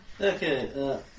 Okay